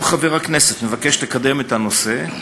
אם חבר הכנסת מבקש לקדם את הנושא,